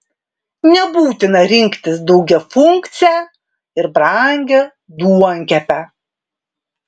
nebūtina rinktis daugiafunkcę ir brangią duonkepę